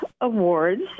Awards